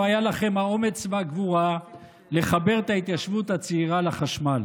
לא היה לכם האומץ והגבורה לחבר את ההתיישבות הצעירה לחשמל.